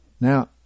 Now